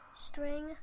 string